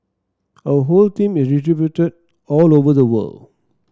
our whole team is distributed all over the world